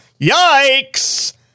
yikes